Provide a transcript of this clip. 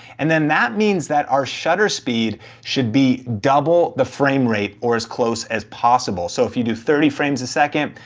and then that means that our shutter speed should be double the frame rate or as close as possible. so if you do thirty frames a second,